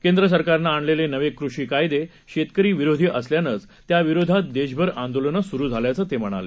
केंद्र सरकारनं आणलेले नवे कृषी कायदे शेतकरी विरोधी असल्यानंच त्याविरोधात देशभर आंदोलनं सुरु झाल्याचं ते म्हणाले